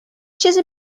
چیزی